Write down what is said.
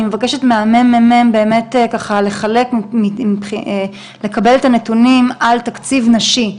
אני מבקשת מהממ"מ לקבל את הנתונים לקבל על תקציב נשי,